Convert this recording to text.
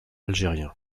algérien